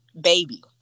Baby